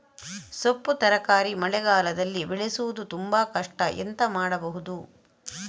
ಸೊಪ್ಪು ತರಕಾರಿ ಮಳೆಗಾಲದಲ್ಲಿ ಬೆಳೆಸುವುದು ತುಂಬಾ ಕಷ್ಟ ಎಂತ ಮಾಡಬಹುದು?